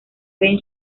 ben